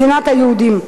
מדינת היהודים.